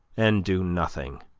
and do nothing